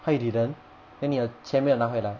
!huh! you didn't then 你的钱没有拿回来